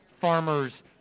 farmers